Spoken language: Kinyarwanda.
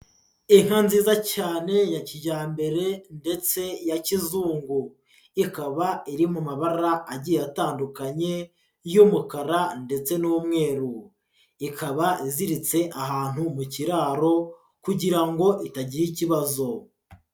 Inka nziza cyane ya kijyambere ndetse ya kizungu. Ikaba iri mu mabara agiye atandukanye y'umukara ndetse n'umweru. Ikaba iziritse ahantu mu kiraro kugira ngo itagira ikibazo.